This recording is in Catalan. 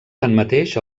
tanmateix